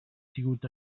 sigut